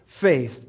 faith